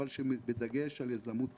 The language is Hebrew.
אבל בדגש על יזמות צעירים.